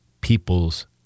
people's